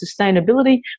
sustainability